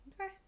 Okay